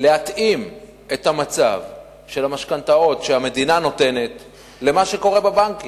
להתאים את המצב של המשכנתאות שהמדינה נותנת למה שקורה בבנקים.